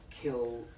kill